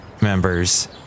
members